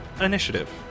initiative